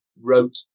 wrote